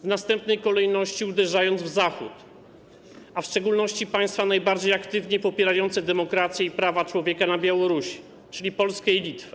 W następnej kolejności uderzył w Zachód, a w szczególności w państwa najbardziej aktywnie popierające demokrację i prawa człowieka na Białorusi, czyli Polskę i Litwę.